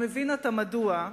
המבין אתה מדוע,